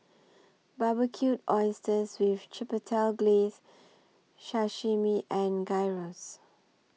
Barbecued Oysters with Chipotle Glaze Sashimi and Gyros